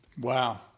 Wow